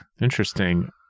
Interesting